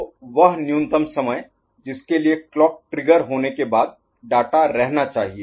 तो वह न्यूनतम समय जिसके लिए क्लॉक ट्रिगर होने के बाद डाटा रहना चाहिए